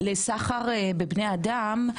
לסחר בבני אדם,